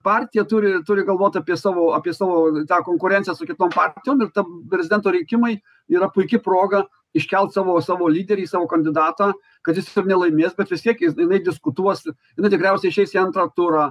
partija turi turi galvot apie savo apie savo tą konkurenciją su kitom partijom ir tam prezidento rinkimai yra puiki proga iškelt savo savo lyderį savo kandidatą kad jis ir nelaimės bet vis tiek jis jinai diskutuos jinai tikriausiai išeis į antrą turą